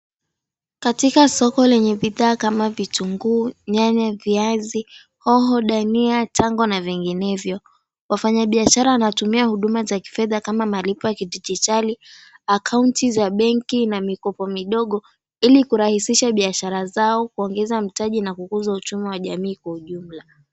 Katika soko lenye bidhaa kama vitunguu nyanya, viazi, hoho, dania, tango na vinginevyo, wafanyabiashara wanatumia huduma za kifedha kama malipo ya kidijitali, akaunti za benki na mikopo midogo, ili kurahisisha biashara zao, kuongeza mtaji na kukuza uchumi wa jamii kwa ujumla.